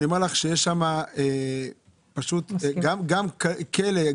שיש שם - גם כלא,